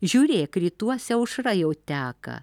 žiūrėk rytuose aušra jau teka